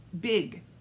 big